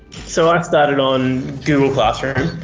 so i started on google classroom,